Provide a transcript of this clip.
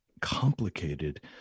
complicated